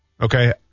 okay